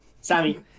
Sammy